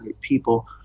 people